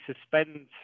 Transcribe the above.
suspend